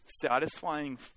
satisfying